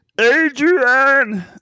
Adrian